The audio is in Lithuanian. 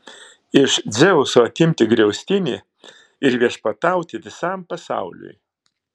iš dzeuso atimti griaustinį ir viešpatauti visam pasauliui